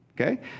Okay